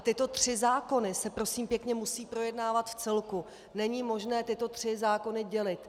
Tyto tři zákony se, prosím pěkně, musí projednávat v celku, není možné tyto tři zákony dělit.